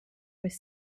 was